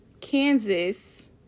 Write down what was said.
Kansas